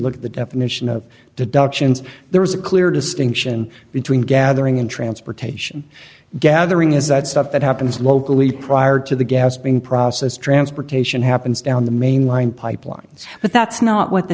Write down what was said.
look at the definition of deductions there's a clear distinction between gathering and transportation gathering is that stuff that happens locally prior to the gas being processed transportation happens down the mainline pipelines but that's not what the